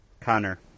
Connor